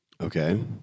Okay